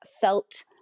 felt